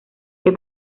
que